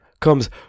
Comes